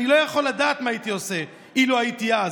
אני לא יכול לדעת מה הייתי עושה אילו הייתי אז,